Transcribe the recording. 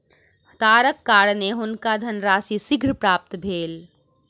तारक कारणेँ हुनका धनराशि शीघ्र प्राप्त भेल